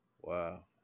wow